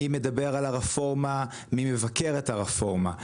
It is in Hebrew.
מי מדבר על הרפורמה, מי מבקר את הרפורמה.